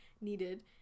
Needed